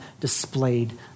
displayed